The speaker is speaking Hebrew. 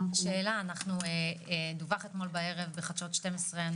אתמול בערב בחדשות 12 או 13